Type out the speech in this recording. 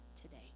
today